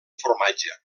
formatge